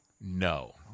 No